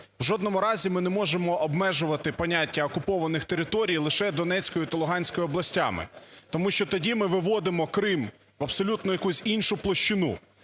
У жодному разі ми не можемо обмежувати поняття окупованих територій лише Донецькою та Луганською областями, тому що тоді ми виводимо Крим в абсолютну якусь іншу площину.